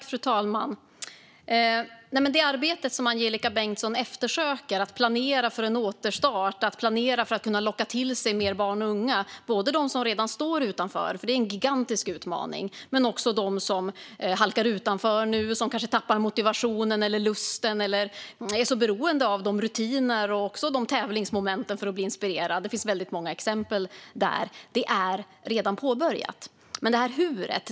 Fru talman! Det arbete som Angelika Bengtsson efterfrågar med att planera för en återstart och för att kunna locka till sig fler barn och unga - både de som redan står utanför, vilket är en gigantisk utmaning, och de som nu halkar utanför och kanske tappar motivationen eller lusten eller är beroende av rutiner och tävlingsmoment för att bli inspirerade - är redan påbörjat.